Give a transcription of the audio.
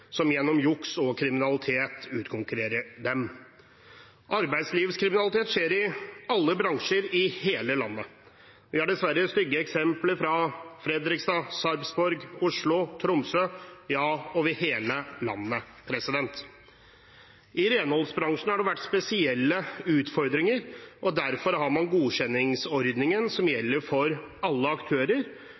som gjennom juks og kriminalitet utkonkurrerer dem. Arbeidslivskriminalitet skjer i alle bransjer i hele landet. Vi har dessverre stygge eksempler fra Fredrikstad, Sarpsborg, Oslo, Tromsø – ja, fra hele landet. I renholdsbransjen har det vært spesielle utfordringer. Derfor har man godkjenningsordningen, som gjelder for alle aktører,